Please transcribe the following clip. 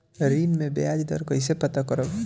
ऋण में बयाज दर कईसे पता करब?